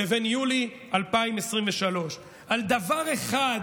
לבין יולי 2023. על דבר אחד